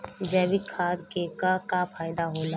जैविक खेती क का फायदा होला?